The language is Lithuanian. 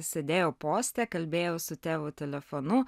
sėdėjau poste kalbėjau su tėvu telefonu